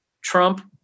Trump